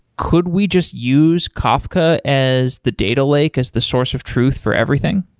could we just use kafka as the data lake, as the source of truth for everything?